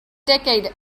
decade